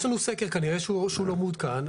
יש לנו סקר, כנראה שהוא לא מעודכן.